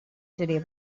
today